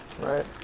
Right